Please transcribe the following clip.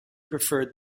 preferred